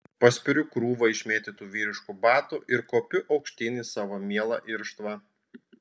paspiriu krūvą išmėtytų vyriškų batų ir kopiu aukštyn į savo mielą irštvą